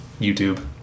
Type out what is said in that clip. YouTube